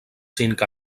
cinc